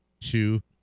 two